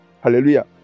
hallelujah